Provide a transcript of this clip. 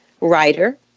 writer